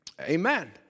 Amen